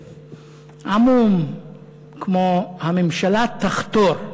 כמשפט עמום כמו "הממשלה תחתור"